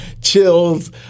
chills